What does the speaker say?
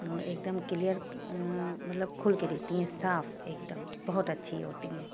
ایک دم کلئر مطلب کھل کے دکھتی ہیں صاف ایک دم بہت اچھی ہوتی ہیں